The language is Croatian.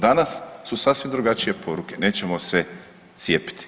Danas su sasvim drugačije poruke, nećemo se cijepiti.